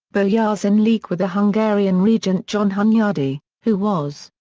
boyars in league with the hungarian regent john hunyadi, who was,